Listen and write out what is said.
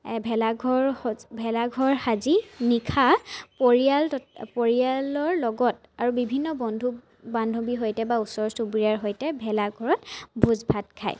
ভেলাঘৰ স ভেলাঘৰ সাজি নিশা পৰিয়াল তত্ পৰিয়ালৰ লগত আৰু বিভিন্ন বন্ধু বান্ধৱীৰ সৈতে বা ওচৰ চুবুৰীয়াৰ সৈতে ভেলাঘৰত ভোজ ভাত খায়